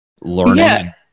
learning